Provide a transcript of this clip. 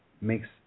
makes